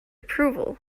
approval